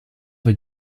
were